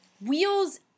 Wheels